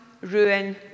ruin